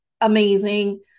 Amazing